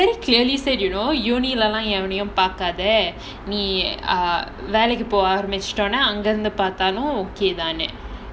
exactly so I'm like எவனையும் பார்க்காத:evanaiyum paarkaatha like they very clearly say நீ வேலைக்கு போக ஆரம்பிச்சதும் அங்க இருந்து பார்த்தாலும்:nee velaikku poga arambichchathum anga irunthu paarthaalum okay தானே:thaanae